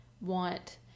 want